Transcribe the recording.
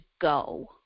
go